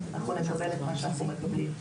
אנחנו נקבל את מה שאנחנו מקבלים,